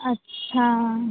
اچھا